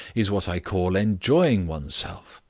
is what i call enjoying oneself.